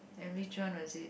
and which one was it